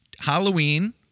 Halloween